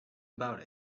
about